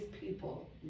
people